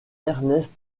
ernest